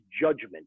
judgment